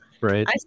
Right